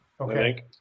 Okay